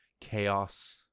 chaos